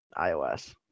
iOS